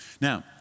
Now